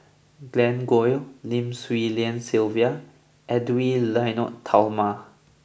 Glen Goei Lim Swee Lian Sylvia and Edwy Lyonet Talma